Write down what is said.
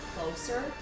closer